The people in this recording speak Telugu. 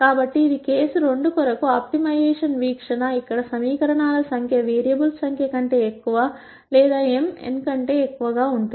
కాబట్టి ఇది కేసు 2 కొరకు ఆప్టిమైజేషన్ వీ క్షణ ఇక్కడ సమీకరణాల సంఖ్య వేరియబుల్స్ సంఖ్య కంటే ఎక్కువ లేదా m n కంటే ఎక్కువగా ఉంటుంది